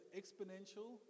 exponential